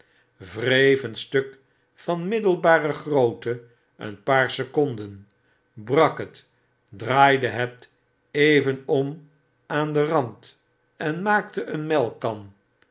wreef eenstuk vanmiddelbare grootte een paar seconden brak het draaide het even om aan den rand en maakte een melkkan